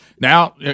Now